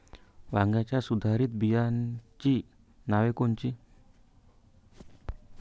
वांग्याच्या सुधारित बियाणांची नावे कोनची?